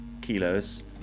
kilos